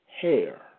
hair